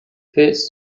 fées